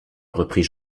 reprit